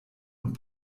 und